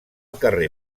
carrer